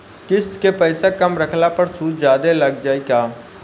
किश्त के पैसा कम रखला पर सूद जादे लाग जायी का?